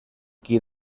qui